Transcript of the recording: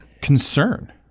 concern